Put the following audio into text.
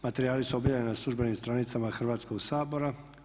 Materijali su objavljeni na službenim stranicama Hrvatskog sabora.